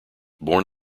born